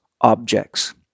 objects